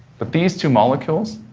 but these two molecules,